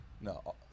No